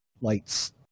lights